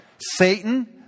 Satan